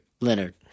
Leonard